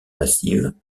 massive